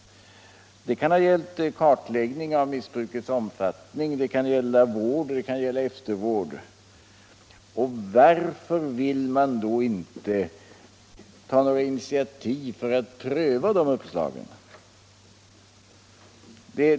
Det kan gälla kartläggning av missbrukets omfattning, det kan gälla vård och eftervård. Varför vill man då inte ta några initiativ för att pröva de uppslagen?